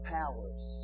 powers